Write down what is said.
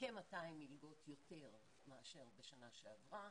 כ-200 מלגות יותר מאשר בשנה שעברה.